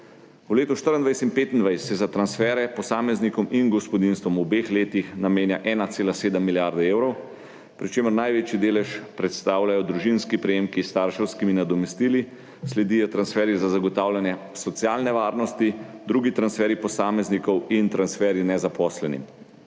V letih 2024 in 2025 se za transferje posameznikom in gospodinjstvom v obeh letih namenja 1,7 milijarde evrov, pri čemer največji delež predstavljajo družinski prejemki s starševskimi nadomestili, sledijo transferji za zagotavljanje socialne varnosti, drugi transferji posameznikom in transferji nezaposlenim.